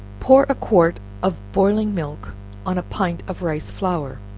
pour a quart of boiling milk on a pint of rice flour,